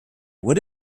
what